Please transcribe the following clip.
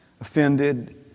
Offended